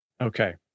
Okay